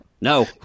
No